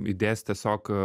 įdės tiesiog